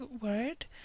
word